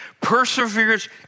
Perseverance